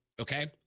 okay